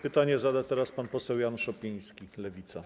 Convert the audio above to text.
Pytanie zada teraz pan poseł Jan Szopiński, Lewica.